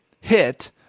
hit